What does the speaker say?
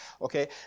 Okay